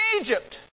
Egypt